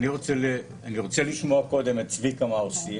אני רוצה לשמוע קודם את צביקה מה עושים,